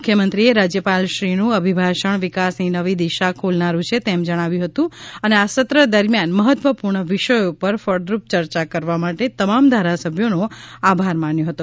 મુખ્યમંત્રીએ રાજ્યપાલશ્રીનું અભિભાષણ વિકાસની નવી દિશા ખોલનારું છે તેમ જણાવ્યું હતું અને આ સત્ર દરમિયાન મહત્વપૂર્ણ વિષયો પર ફળદ્રુપ ચર્ચા કરવા માટે તમામ ધારાસભ્યોનો આભાર માન્યો હતો